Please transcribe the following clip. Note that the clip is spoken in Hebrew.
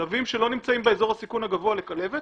כלבים שלא נמצאים באזור הסיכון הגבוה לכלבת,